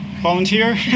volunteer